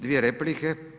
Dvije replike.